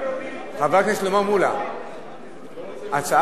חבר הכנסת שלמה מולה, בבקשה.